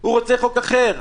הוא רוצה חוק אחר.